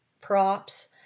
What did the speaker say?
props